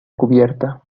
cubierta